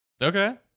Okay